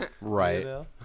Right